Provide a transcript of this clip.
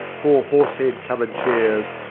four horse-hair-covered chairs,